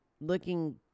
looking